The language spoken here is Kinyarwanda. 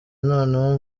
noneho